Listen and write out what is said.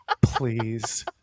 please